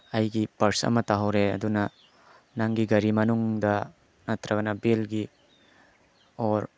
ꯑꯩꯒꯤ ꯄ꯭ꯔꯁ ꯑꯃ ꯇꯥꯍꯧꯔꯦ ꯑꯗꯨꯅ ꯅꯪꯒꯤ ꯒꯥꯔꯤ ꯃꯅꯨꯡꯗ ꯅꯠꯇ꯭ꯔꯒꯅ ꯕꯦꯟꯒꯤ ꯑꯣꯔ